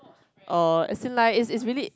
oh as in like is is really